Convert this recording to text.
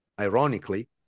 ironically